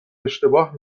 اشتباه